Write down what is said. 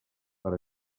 per